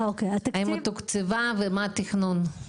האם היא תוקצבה ומה התכנון?